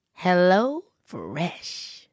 HelloFresh